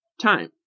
time